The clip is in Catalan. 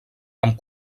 amb